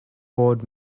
board